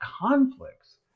conflicts